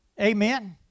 Amen